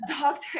doctor